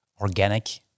organic